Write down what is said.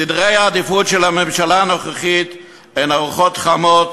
סדרי העדיפות של הממשלה הנוכחית הם ארוחות חמות